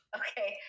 okay